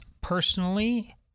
personally